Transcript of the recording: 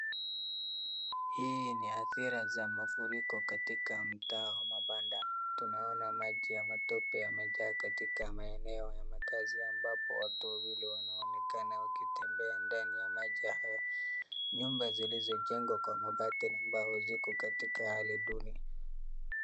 Hii ni athira za mafuriko katika mtaa wa mabanda. Tunaona maji ya matope yamejaa katika maeneo ya makazi ambapo watu wawili wanaonekana wakitembea ndani ya maji hayo. Nyumba zilizojengwa kwa mabati na mbao ziko katika hali duni.